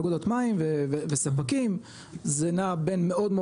אגודות מים וספקים זה נע מאוד בין מאוד,